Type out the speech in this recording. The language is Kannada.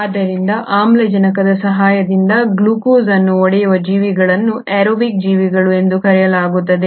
ಆದ್ದರಿಂದ ಆಮ್ಲಜನಕದ ಸಹಾಯದಿಂದ ಗ್ಲೂಕೋಸ್ ಅನ್ನು ಒಡೆಯುವ ಜೀವಿಗಳನ್ನು ಏರೋಬಿಕ್ ಜೀವಿಗಳು ಎಂದು ಕರೆಯಲಾಗುತ್ತದೆ